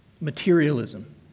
Materialism